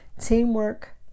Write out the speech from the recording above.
Teamwork